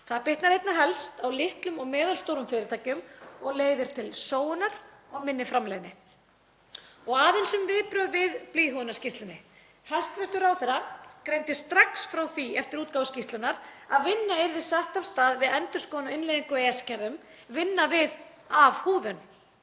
Það bitnar einna helst á litlum og meðalstórum fyrirtækjum og leiðir til sóunar og minni framleiðni. Aðeins um viðbrögð við blýhúðunarskýrslunni. Hæstv. ráðherra greindi strax frá því eftir útgáfu skýrslunnar að vinna yrði sett af stað við endurskoðun á innleiðingu á EES-gerðum, vinna við afhúðun.